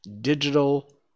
digital